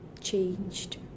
changed